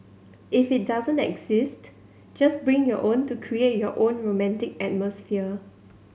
if it doesn't exist just bring your own to create your own romantic atmosphere